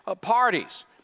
parties